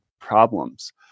problems